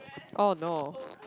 oh no